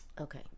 Okay